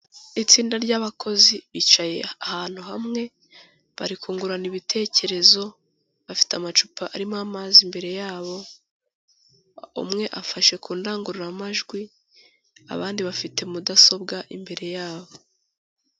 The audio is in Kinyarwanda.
Itsinda rya'bakozi bicaye ahantu hamwe bari kungurana ibitekerezo, bafite amacupa arimo amazi imbere yabo umwe afashe ku ndangururamajwi abandi bafite mudasobwa imbere yabo.